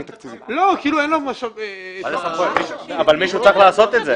אבל מישהו צריך לעשות את זה.